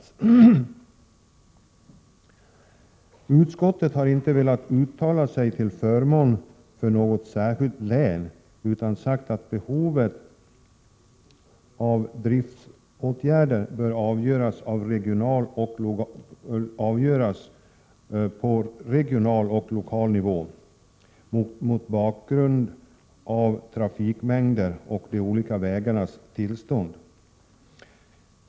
Utskottet har inte velat uttala sig till förmån för något särskilt län utan sagt att behovet av driftåtgärder bör avgöras på regional och lokal nivå mot bakgrund av uppgifter om trafikmängder och om de olika vägarnas tillstånd.